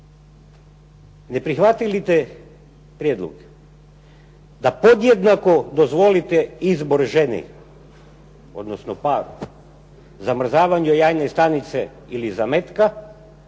Ne prihvatite li prijedlog da podjednako dozvolite izbor ženi odnosno paru zamrzavanje jajne stanice ili zametka,